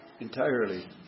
entirely